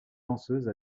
danseuse